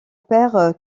père